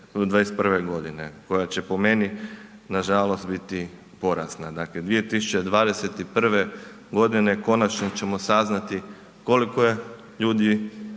'21. godine koja će po meni nažalost biti porazna. Dakle, 2021. godine konačno ćemo saznati koliko je ljudi